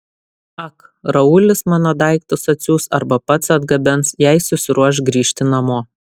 ak raulis mano daiktus atsiųs arba pats atgabens jei susiruoš grįžti namo